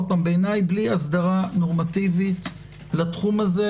בעיניי בלי הסדרה נורמטיבית לתחום הזה,